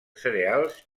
cereals